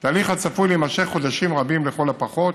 תהליך הצפוי להימשך חודשים רבים לכל הפחות,